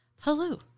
Hello